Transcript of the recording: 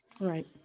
Right